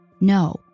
No